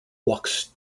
walks